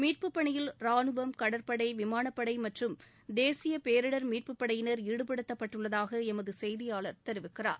மீட்பு பணியில் ரானுவம் கடற்படை விமானப் படை மற்றும் தேசிய பேரிடர் மீட்பு படையினர் ஈடுபடுத்தப்பட்டுள்ளதாக எமது செய்தியாளர் தெரிவிக்கிறார்